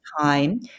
time